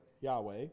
Yahweh